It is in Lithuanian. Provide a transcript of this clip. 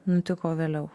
nutiko vėliau